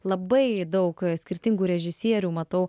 labai daug skirtingų režisierių matau